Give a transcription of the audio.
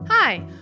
Hi